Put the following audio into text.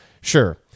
sure